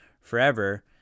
forever